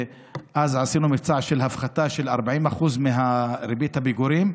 אז עשינו מבצע של הפחתה של 40% מריבית הפיגורים.